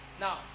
Now